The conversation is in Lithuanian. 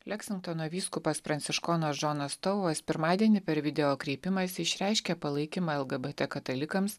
leksingtono vyskupas pranciškonas džonas touvas pirmadienį per video kreipimąsi išreiškė palaikymą lgbt katalikams